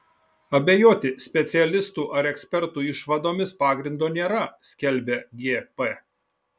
abejoti specialistų ar ekspertų išvadomis pagrindo nėra skelbia gp